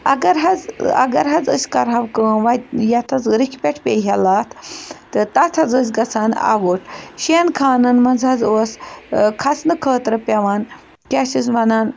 اَگر حظ اَگر حظ أسۍ کَرہاو کٲم وَتہِ یَتھ حظ رٕکھِ پٮ۪ٹھ پیٚیہِ ہا لَتھ تہٕ تَتھ حظ ٲسۍ گژھان آوُٹ شٮ۪ن خانَن منٛز حظ اوس کھَسنہٕ خٲطرٕ پٮ۪وان کیٛاہ چھِ اَتھ وَنان